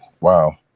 Wow